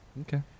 Okay